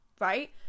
right